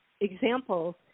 examples